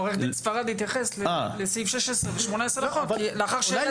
עו"ד ספרד התייחס לסעיף 16 ו-18 לחוק לאחר שאלתי.